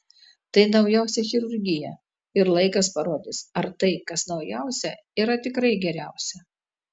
tai naujausia chirurgija ir laikas parodys ar tai kas naujausia yra tikrai geriausia